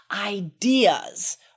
ideas –